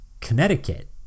connecticut